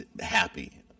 happy